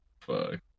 Fuck